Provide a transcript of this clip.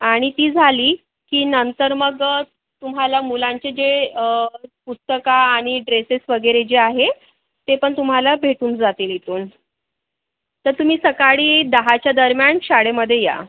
आणि ती झाली की नंतर मग तुम्हाला मुलांचे जे पुस्तकं आणि ड्रेसेस वगैरे जे आहे ते पण तुम्हाला भेटून जातील इथून तर तुम्ही सकाळी दहाच्या दरम्यान शाळेमध्ये या